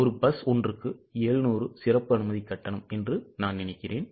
ஒரு பஸ் ஒன்றுக்கு 700 சிறப்பு அனுமதி கட்டணம் என்று நான் நினைக்கிறேன்